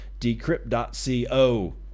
Decrypt.co